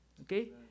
okay